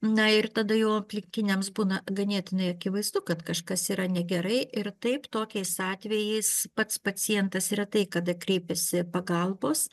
na ir tada jau aplinkiniams būna ganėtinai akivaizdu kad kažkas yra negerai ir taip tokiais atvejais pats pacientas retai kada kreipiasi pagalbos